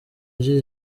ugira